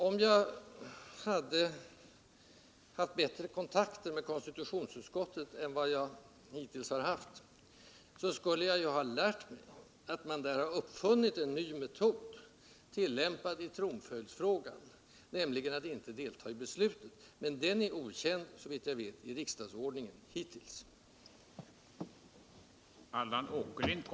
Om jag hade haft bättre kontakter med konstitutionsutskottet än vad jag hittills har haft, så skulle jag ju ha lärt mig att man där har uppfunnit en ny metod, i dag tillämpad i tronföljdsfrågan, nämligen att inte delta i beslutet. Men den är, såvitt jag vet, hittills okänd i riksdagsordningen.